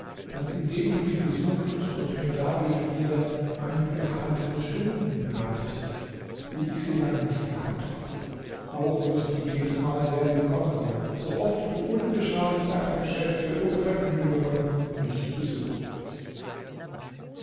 als indem du mich besuchtest und mir dadurch wieder einige heitere stunden bereitetest wie ich sie lange nicht gehabt habe auch wirst du jedesmal sehr willkommen sein sooft du unbeschadet deiner geschäfte oder vergnügungen mich besuchen willst